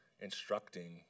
instructing